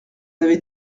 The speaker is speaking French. avez